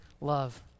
love